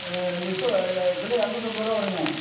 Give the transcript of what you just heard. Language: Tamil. ஆ லுஸு கிலோ இரநூத்தி ஐம்பது ரூபா வருங்க